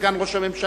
סגן ראש הממשלה,